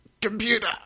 Computer